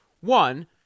one